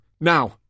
now